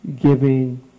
giving